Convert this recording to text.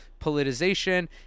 politicization